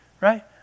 right